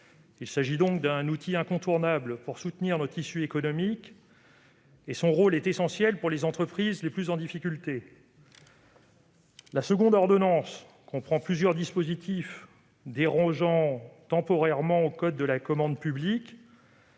Il s'agit donc d'un outil incontournable pour soutenir notre tissu économique. Son rôle est essentiel pour les entreprises les plus en difficulté. La deuxième ordonnance comprend plusieurs dispositifs dérogeant temporairement au code de la commande publique.